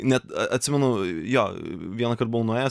net atsimenu jo vienąkart buvau nuėjęs